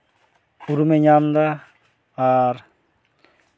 ᱩᱨᱩᱢᱮ ᱧᱟᱢᱫᱟ ᱟᱨ